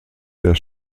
der